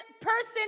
person